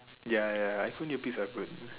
ya ya I also need earpiece I phone